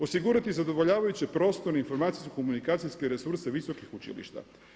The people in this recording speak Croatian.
Osigurati zadovoljavajući prostor i informacijsko-komunikacijske resurse visokih učilišta.